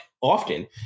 often